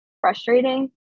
frustrating